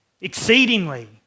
exceedingly